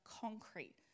concrete